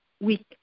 week